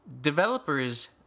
developers